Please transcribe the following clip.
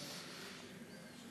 תודה.